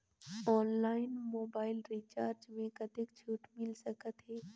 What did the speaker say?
Online mobile recharge मे कतेक छूट मिल सकत हे?